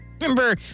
Remember